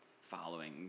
following